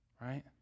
Right